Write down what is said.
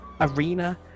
Arena